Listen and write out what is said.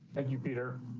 thank you, peter.